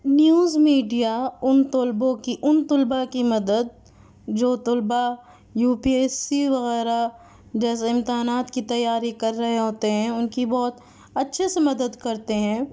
news media ان طالبوں کی ان طلباء کی مدد جو طلباء یو پی ایس سی وغیرہ جیسے امتحانات کی تیاری کر رہے ہوتے ہیں ان کی بہت اچھے سے مدد کرتے ہیں